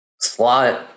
slot